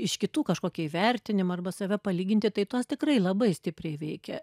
iš kitų kažkokį įvertinimą arba save palyginti tai tuos tikrai labai stipriai veikia